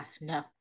no